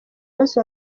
munsi